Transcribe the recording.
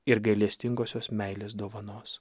ir gailestingosios meilės dovanos